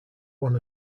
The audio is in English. one